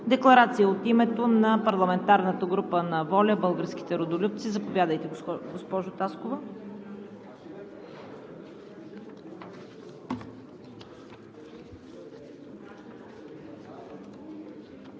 Декларация от името на парламентарната група на „ВОЛЯ – Българските Родолюбци“. Заповядайте, госпожо Таскова.